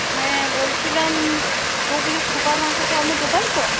হ্যাঁ বলছিলাম হুগলি সুপার মার্কেটে আপনার দোকান তো